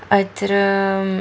अत्र